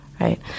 Right